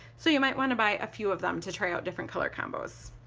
so you might want to buy a few of them to try out different color combos.